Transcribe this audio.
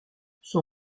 son